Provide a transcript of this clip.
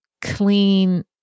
clean